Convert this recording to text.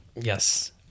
yes